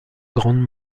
grande